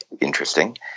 interesting